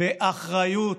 באחריות,